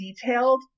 detailed